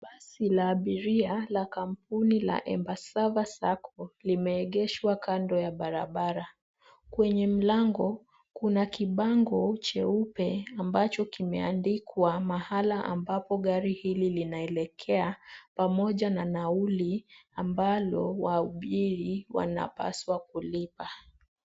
Basi la abiria la kampuni la Embasava sacco, limeegeshwa kando ya barabara, kwenye mlango, kuna kibango cheupe ambacho kimeandikwa mahala ambapo gari hili linaelekea pamoja na nauli, ambalo wahubiri wanapaswa kulipa.